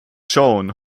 shown